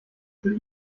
will